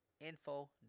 Info